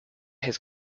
his